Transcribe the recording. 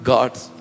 God's